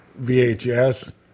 VHS